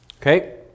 Okay